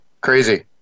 crazy